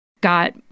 got